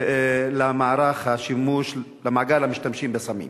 למערך השימוש, למעגל המשתמשים בסמים.